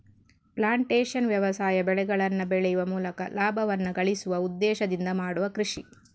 plantation ವ್ಯವಸಾಯ ಬೆಳೆಗಳನ್ನ ಬೆಳೆಯುವ ಮೂಲಕ ಲಾಭವನ್ನ ಗಳಿಸುವ ಉದ್ದೇಶದಿಂದ ಮಾಡುವ ಕೃಷಿ